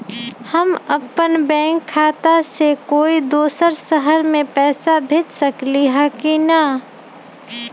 हम अपन बैंक खाता से कोई दोसर शहर में पैसा भेज सकली ह की न?